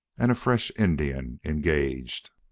and a fresh indian engaged.